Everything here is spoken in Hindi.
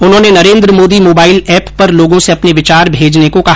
उन्होंने नरेन्द्र मोदी मोबाइल ऐप पर लोगों से अपने विचार भेजने को कहा